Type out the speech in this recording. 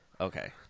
Okay